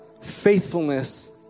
faithfulness